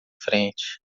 frente